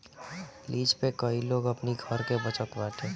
lease पे कई लोग अपनी घर के बचत बाटे